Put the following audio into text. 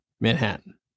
Manhattan